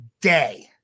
day